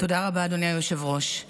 תודה רבה, אדוני היושב-ראש.